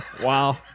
Wow